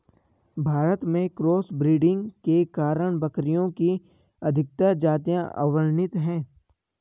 भारत में cross breeding के कारण बकरियों की अधिकतर जातियां अवर्णित है